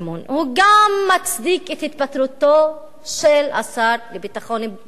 הוא גם מצדיק את התפטרותו של השר לביטחון פנים,